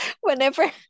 whenever